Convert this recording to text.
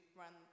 run